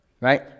right